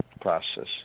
process